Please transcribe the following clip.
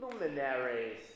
luminaries